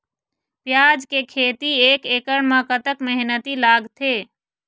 प्याज के खेती एक एकड़ म कतक मेहनती लागथे?